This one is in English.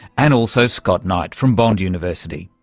and also scott knight from bond university.